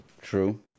True